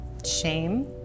shame